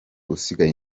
usigaye